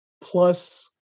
plus